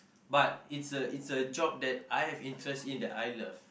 but it's a it's a job that I have interest in that I love